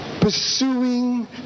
Pursuing